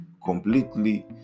completely